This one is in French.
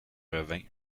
revint